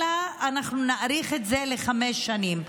אלא אנחנו נאריך את זה לחמש שנים.